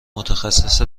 متخصص